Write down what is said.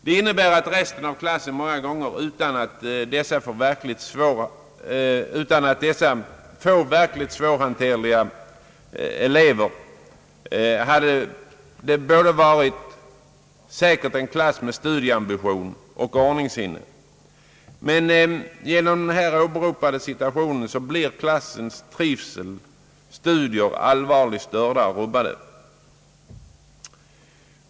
Det innebär många gånger att resten av klassen, som hade kunnat utgöra en klass med studieambition och ordningssinne, på grund av den här åberopade situationen får trivsel och studier allvarligt störda.